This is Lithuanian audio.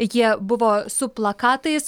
jie buvo su plakatais